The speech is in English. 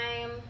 time